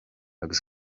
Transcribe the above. agus